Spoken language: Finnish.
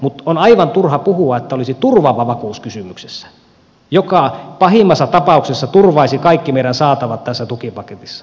mutta on aivan turha puhua että olisi turvaava vakuus kysymyksessä joka pahimmassa tapauksessa turvaisi kaikki meidän saatavamme tässä tukipaketissa